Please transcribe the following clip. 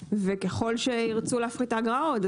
וככל שירצו להפחית את האגרה עוד,